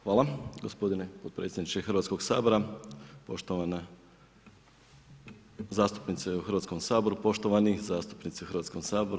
Hvala gospodine potpredsjedniče Hrvatskog sabora, poštovane zastupnice u Hrvatskom saboru, poštovani zastupnici u Hrvatskom saboru.